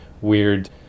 weird